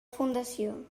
fundació